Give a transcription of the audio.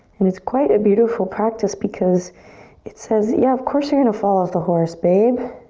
and it's quite a beautiful practice because it says, yeah, of course, you're going to fall off the horse, babe.